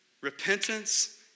repentance